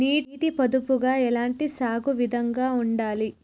నీటి పొదుపుగా ఎలాంటి సాగు విధంగా ఉండాలి?